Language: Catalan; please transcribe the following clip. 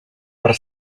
per